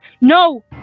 No